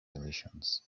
relations